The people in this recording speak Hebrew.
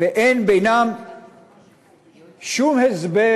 ואין בהם שום הסבר